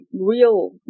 real